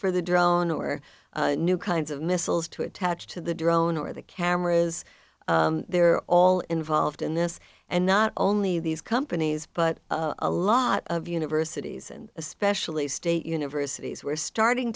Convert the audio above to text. for the drone or new kinds of missiles to attach to the drone or the cameras they're all involved in this and not only these companies but a lot of universities and especially state universities we're starting